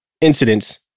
incidents